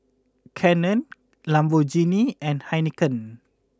Canon Lamborghini and Heinekein